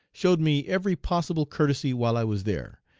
showed me every possible courtesy while i was there.